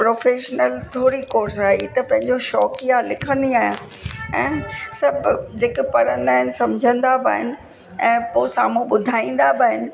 professional थोरी course आहे ही त पंहिंजो शौकिया लिखंदी आहियां ऐं सभु जेके पढ़ंदा आहिनि समुझंदा बि आहिनि ऐं पोइ साम्हूं ॿुधाईंदा बि आहिनि